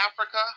Africa